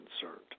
concerned